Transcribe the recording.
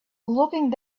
looking